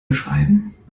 beschreiben